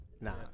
Nah